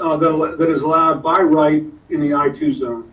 ah that like but is allowed by right in the i two zone.